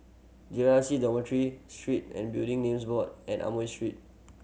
J R C Dormitory Street and Building Names Board and Amoy Street